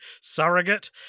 surrogate